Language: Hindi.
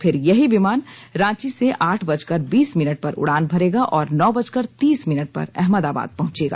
फिर यही विमान रांची से आठ बजकर बीस मिनट पर उड़ान भरेगा और नौ बजकर तीस मिनट पर अहमदाबाद पहुंचेगा